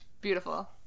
Beautiful